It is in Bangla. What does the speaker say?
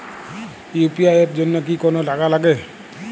ইউ.পি.আই এর জন্য কি কোনো টাকা লাগে?